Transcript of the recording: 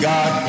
God